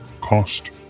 cost